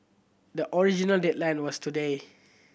the original deadline was today